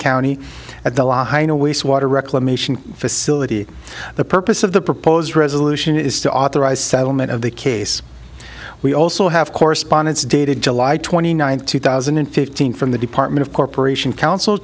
a waste water reclamation facility the purpose of the proposed resolution is to authorize settlement of the case we also we have correspondents dated july twenty ninth two thousand and fifteen from the department of corporation counsel